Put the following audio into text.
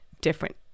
different